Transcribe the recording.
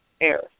Air